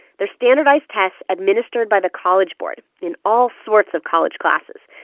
they're standardized tests administered by the college board in all sorts of college classes.